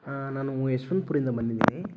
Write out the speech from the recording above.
ಹಾಂ ನಾನು ಯಶವಂತ್ಪುರಿಂದ ಬಂದಿದ್ದೀನಿ